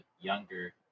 younger